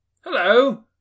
Hello